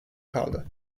kaldı